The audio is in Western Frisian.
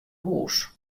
hûs